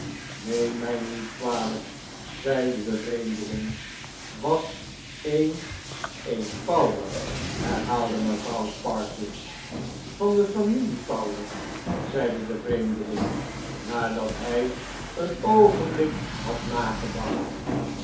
neem mij niet kwalijk zeide de vreemdeling was een een powler herhaalde mevrouw sparsit van de familie powler zeide de vreemdeling nadat hij een oogenblik had